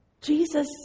Jesus